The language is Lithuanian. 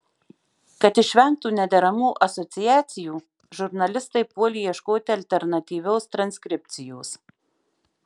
kad išvengtų nederamų asociacijų žurnalistai puolė ieškoti alternatyvios transkripcijos